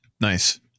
nice